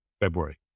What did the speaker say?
February